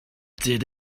did